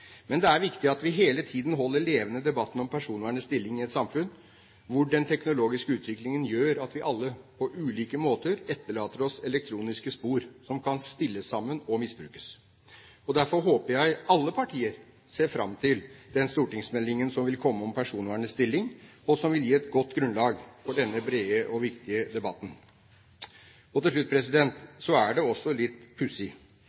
Men det er viktig at vi hele tiden holder levende debatten om personvernets stilling i et samfunn der den teknologiske utviklingen gjør at vi alle på ulike måter etterlater oss elektroniske spor som kan stilles sammen og misbrukes. Derfor håper jeg alle partier ser fram til den stortingsmeldingen som vil komme om personvernets stilling, og som vil gi et godt grunnlag for denne brede og viktige debatten. Til slutt: Det er også litt pussig